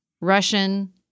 Russian